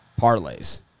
Parlays